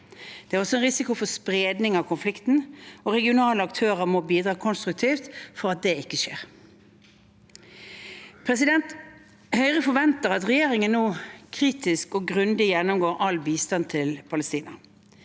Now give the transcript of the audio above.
Det er også en risiko for spredning av konflikten, og regionale aktører må bidra konstruktivt for at det ikke skjer. Høyre forventer at regjeringen nå kritisk og grundig gjennomgår all bistand til Palestina.